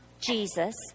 Jesus